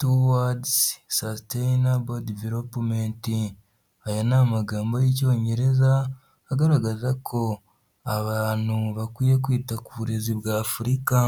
Towards Sustainable Development, aya ni amagambo y'Icyongereza agaragaza ko abantu bakwiye kwita ku burezi bwa Afurika.